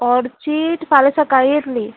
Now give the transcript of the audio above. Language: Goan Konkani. ऑर्चीट फाल्यां सकाळीं येतली